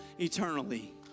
eternally